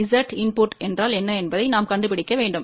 Z input என்றால் என்ன என்பதை நாம் கண்டுபிடிக்க வேண்டும்